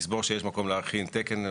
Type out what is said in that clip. יסבור שיש מקום להכין תקן,